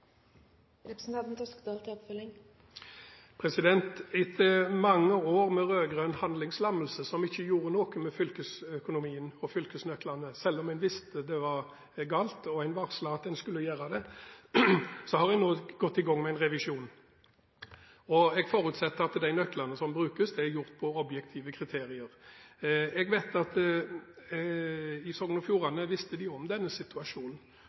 Etter mange år med rød-grønn handlingslammelse, der man ikke gjorde noe med fylkesøkonomien og fylkesnøklene selv om man visste det var galt, og at man varslet at man skulle gjøre det, har man nå gått i gang med en revisjon. Jeg forutsetter at de nøklene som brukes, er valgt ut fra objektive kriterier. Jeg vet at i Sogn og Fjordane visste de om denne situasjonen